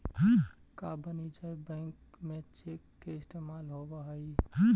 का वाणिज्य बैंक में चेक के इस्तेमाल होब हई?